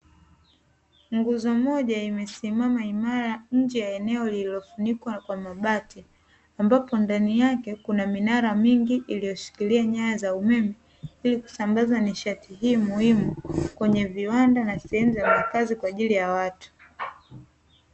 Nguzo moja imesimama imara nnje ya eneo lililofunikwa kwa mabati, ambapo ndani yake kuna minara mingi iliyoshikilia nyaya za umeme ili kusambaza nishati hii muhimu kwenye viwanda na sehemu za makazi kwa ajili ya watu.